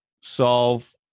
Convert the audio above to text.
solve